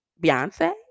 Beyonce